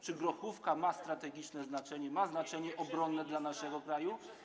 Czy grochówka ma strategiczne znaczenie, ma znaczenie obronne dla naszego kraju?